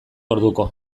orduko